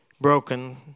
broken